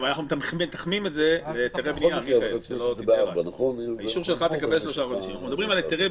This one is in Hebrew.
אפשר להעלות את נתנאל?